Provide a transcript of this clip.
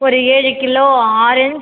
ஒரு ஏழு kilo orange